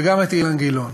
וגם את אילן גילאון,